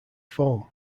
foam